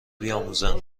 بیاموزند